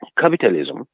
capitalism